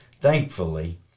thankfully